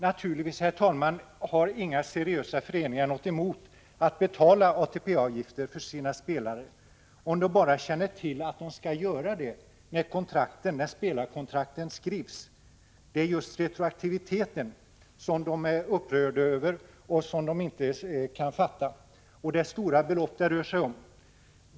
Naturligtvis, herr talman, har inga seriösa föreningar något emot att betala ATP-avgifter för sina spelare, under förutsättning att de när spelarkontrakten skrivs känner till detta. Det är retroaktiviteten som de är upprörda över och inte kan acceptera. Det rör sig också om stora belopp.